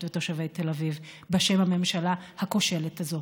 ותושבי תל אביב בשם הממשלה הכושלת הזאת.